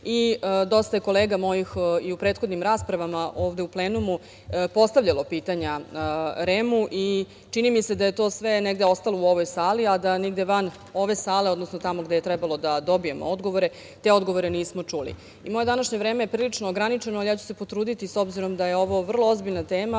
REM.Dosta je mojih kolega i u prethodnim raspravama ovde u plenumu postavljalo pitanja REM-u i čini mi se da je to sve negde ostalo u ovoj sali, a da nigde van ove sale, odnosno tamo gde je trebalo da dobijemo odgovore, te odgovore nismo čuli. Moje današnje vreme je prilično ograničeno, ali ja ću se potruditi s obzirom da je ovo vrlo ozbiljna tema